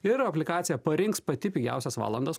ir aplikacija parinks pati pigiausias valandas